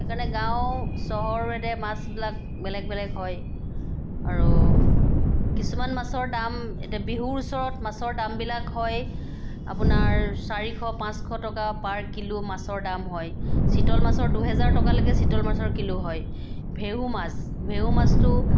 সেইকাৰণে গাঁও চহৰ ভেদে মাছবিলাক বেলেগ বেলেগ হয় আৰু কিছুমান মাছৰ দাম এতিয়া বিহুৰ ওচৰত মাছৰ দামবিলাক হয় আপোনাৰ চাৰিশ পাঁচশ টকা পাৰ কিলো মাছৰ দাম হয় চিতল মাছৰ দুহেজাৰ টকালৈকে চিতল মাছৰ কিলো হয় ভেহু মাছ ভেহু মাছটো